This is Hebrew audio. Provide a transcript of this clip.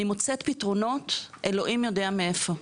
אני מוצאת פתרונות אלוהים יודע מאיפה,